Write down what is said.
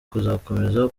kuzakomeza